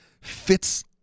fits